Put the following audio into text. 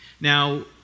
Now